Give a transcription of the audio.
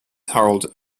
harald